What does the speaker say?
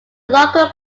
local